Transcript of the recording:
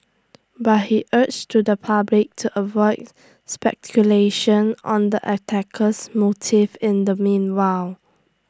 but he urged to the public to avoid speculation on the attacker's motive in the meanwhile